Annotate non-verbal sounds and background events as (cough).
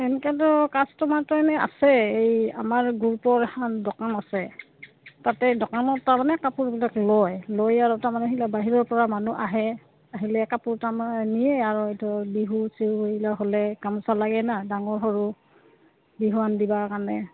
এনেকেতো কাষ্টমাৰটো এনেই আছে এই আমাৰ গ্ৰুপৰ এখান দোকান আছে তাতে দোকানত তাৰমানে কাপোৰবিলাক লয় লৈ আৰু তাৰমানে সিগিলা বাহিৰৰ পৰা মানুহ আহে আহিলে কাপোৰ তাৰমানে নিয়ে আৰু এইটো বিহু চিহু (unintelligible) হ'লে গামোচা লাগে না ডাঙৰ সৰু বিহুৱান দিবাৰ কাৰণে